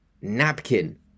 napkin